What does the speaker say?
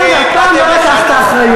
גם אתה היית שם, והפעם לא לקחת אחריות.